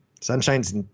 Sunshine's